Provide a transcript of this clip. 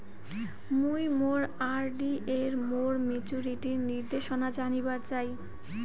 মুই মোর আর.ডি এর মোর মেচুরিটির নির্দেশনা জানিবার চাই